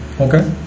Okay